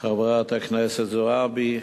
חברת הכנסת זועבי,